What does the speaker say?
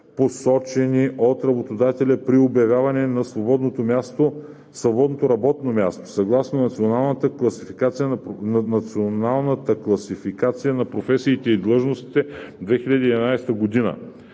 посочени от работодателя при обявяване на свободното работно място, съгласно Националната класификация на професиите и длъжностите, 2011 г.; 4.